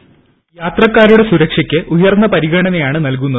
voice യാത്രക്കാരുടെ സുരക്ഷയ്ക്ക് ഉയർന്ന പരിഗണനയാണ് നൽകുന്നത്